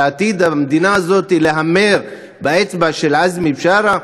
על עתיד המדינה הזאת להמר באצבע של עזמי בשארה?